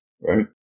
right